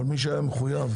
אבל מי שהיה מחויב,